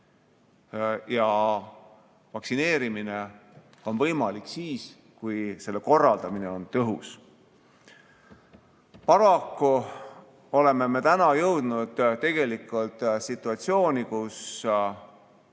Vaktsineerimine on võimalik siis, kui selle korraldamine on tõhus. Paraku oleme jõudnud situatsiooni, kus